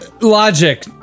Logic